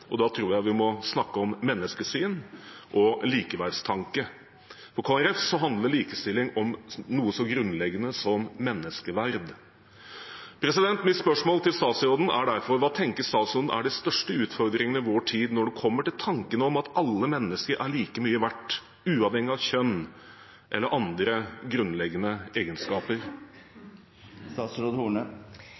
og da tror jeg man må snakke om menneskesyn og likeverdstanke. For Kristelig Folkeparti handler likestilling om noe så grunnleggende som menneskeverd. Mitt spørsmål til statsråden er derfor: Hva tenker statsråden er den største utfordringen i vår tid når det kommer til tanken om at alle mennesker er like mye verdt uavhengig av kjønn eller andre grunnleggende egenskaper?